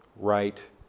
right